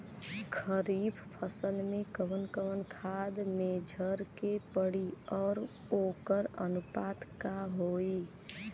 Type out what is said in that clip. खरीफ फसल में कवन कवन खाद्य मेझर के पड़ी अउर वोकर अनुपात का होई?